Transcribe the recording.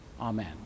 Amen